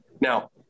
Now